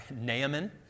Naaman